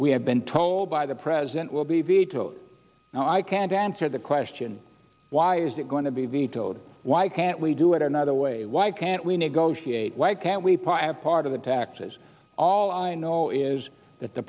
we have been told by the president will be vetoed now i can't answer the question why is it going to be vetoed why can't we do it another way why can't we negotiate why can't we piled part of the taxes all i know is that the